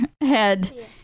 head